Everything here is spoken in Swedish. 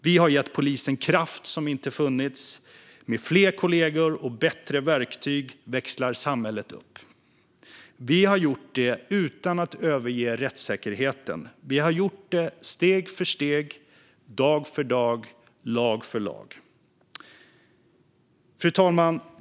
Vi har gett polisen kraft som inte funnits. Med fler kollegor och bättre verktyg växlar samhället upp. Vi har gjort detta utan att överge rättssäkerheten. Vi har gjort det steg för steg, dag för dag, lag för lag. Fru talman!